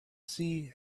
sea